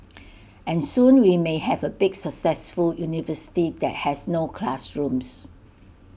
and soon we may have A big successful university that has no classrooms